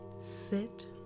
Sit